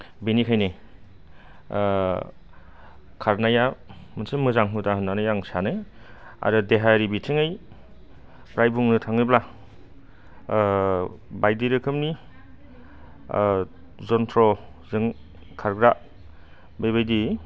बेनिखायनो खारनाया मोनसे मोजां हुदा होन्नानै आं सानो आरो देहायारि बिथिंयै प्राय बुंनो थाङोब्ला बायदि रोखोमनि जन्थ्र'जों खारग्रा बेबायदि